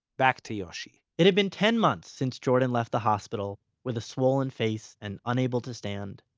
back to yoshi it had been ten months since jordan left the hospital with a swollen face and unable to stand.